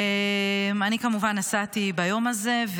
אני, כמובן, נסעתי ביום הזה.